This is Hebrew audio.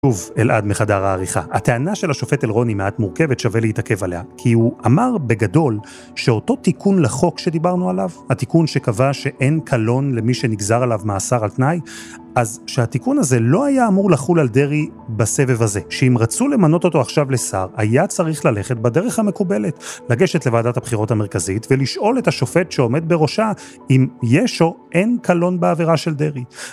שוב, אלעד מחדר העריכה. הטענה של השופט אלרון היא מעט מורכבת שווה להתעכב עליה, כי הוא אמר בגדול שאותו תיקון לחוק שדיברנו עליו, התיקון שקבע שאין קלון למי שנגזר עליו מאסר על תנאי, אז שהתיקון הזה לא היה אמור לחול על דרעי בסבב הזה. שאם רצו למנות אותו עכשיו לשר, היה צריך ללכת בדרך המקובלת, לגשת לוועדת הבחירות המרכזית, ולשאול את השופט שעומד בראשה אם יש או אין קלון בעבירה של דרעי.